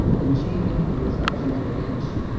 the machining to a thousandth of an inch,